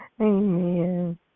Amen